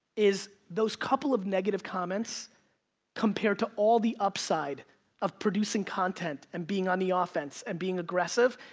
is those couple of negative comments compared to all the upside of producing content and being on the ah offense, and being aggressive.